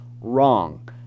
Wrong